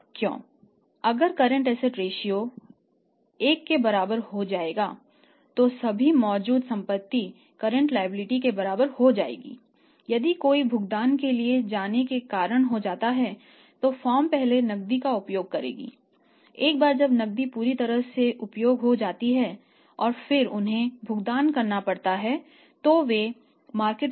क्यों अगर current asset के लिए जाएंगे